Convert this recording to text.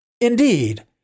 Indeed